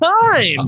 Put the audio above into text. time